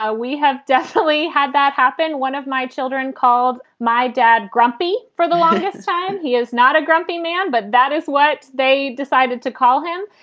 ah we have definitely had that happen. one of my children called my dad grumpy for the longest time. time. he is not a grumpy man, but that is what they decided to call him.